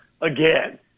again